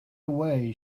away